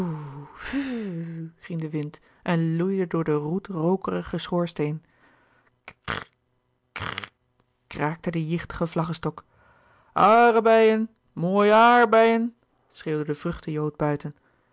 ging de wind en loeide door den roetrookerigen schoorsteen krkk krkk kraakte de jichtige vlaggestok aarebèien mooie aàrbeien schreeuwde de vruchtenjood buiten